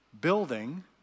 building